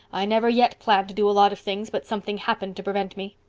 i never yet planned to do a lot of things but something happened to prevent me.